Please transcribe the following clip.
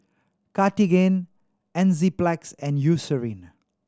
Cartigain Enzyplex and Eucerin